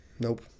Nope